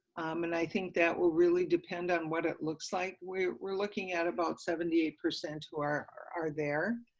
and i think that will really depend on what it looks like. we were looking at about seventy percent who are there,